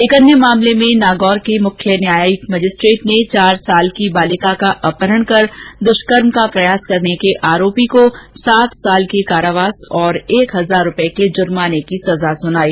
एक अन्य मामले में नागौर के मुख्य न्यायिक मजिस्ट्रेट ने चार वर्षीय बालिका का अपहरण कर द्वष्कर्म का प्रयास करने के आरोपी को सात साल के कारावास और एक हजार रूपए के जुर्माने की सजा सुनायी